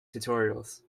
tutorials